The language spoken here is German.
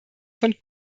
von